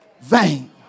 vain